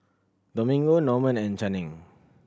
Domingo Norman and Channing